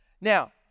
now